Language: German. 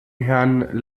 herrn